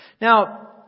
Now